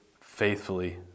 faithfully